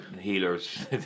healers